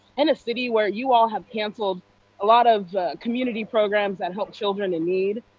in a city where you all have canceled a lot of community programs that help children in need,